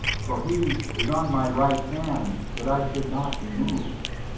for he is on my right hand, that i should not be moved